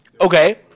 okay